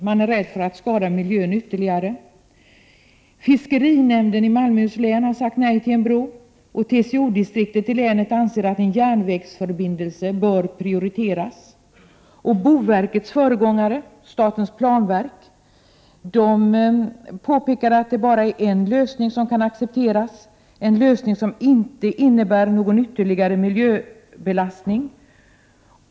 De är rädda för att miljön skadas ytterligare. Fiskerinämnden i Malmö har sagt nej till en bro, och TCO-distriktet i länet anser att en järnvägsförbindelse bör prioriteras. Boverkets föregångare, statens planverk, påpekade att bara en lösning kan accepteras, nämligen en lösning som inte innebär någon ytterligare miljöbelastning.